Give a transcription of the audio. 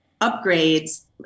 upgrades